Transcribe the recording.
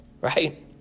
Right